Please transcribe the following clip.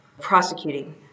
prosecuting